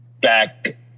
back